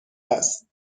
است